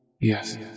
Yes